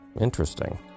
Interesting